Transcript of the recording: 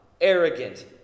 arrogant